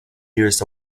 years